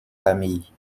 familles